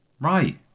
Right